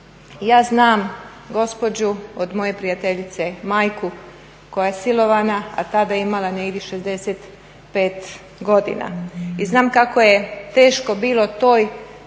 ja znam gospođu, od moje prijateljice majku, koja je silovana, a tada je imala negdje 65 godina i znam kako je teško bilo toj